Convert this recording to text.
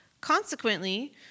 Consequently